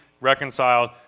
reconciled